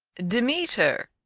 demeter,